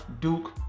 Duke